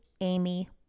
Amy